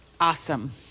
Awesome